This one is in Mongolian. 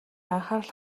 анхаарал